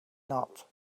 not